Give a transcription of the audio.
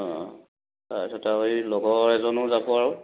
অঁ তাৰপিছত আৰু এই লগৰ এজনো যাব আৰু